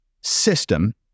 system